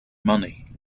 money